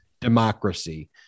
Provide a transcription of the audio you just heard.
democracy